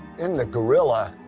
in the gorilla,